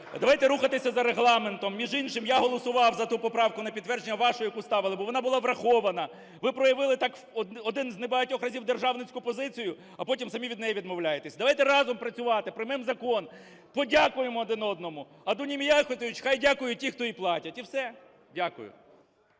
Давайте рухатися за Регламентом. Між іншим, я голосував за ту поправку на підтвердження, вашу, яку ставили, бо вона була врахована. Ви проявили один з не багатьох разів державницьку позицію, а потім самі від неї відмовляєтесь. Давайте разом працювати, приймемо закон, подякуємо один одному. А Дуні Міятович хай дякують ті, хто їй платять. І все. Дякую.